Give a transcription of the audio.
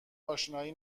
آشنایی